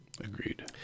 Agreed